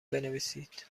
بنویسید